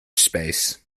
space